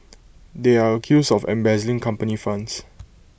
they are accused of embezzling company funds